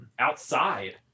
outside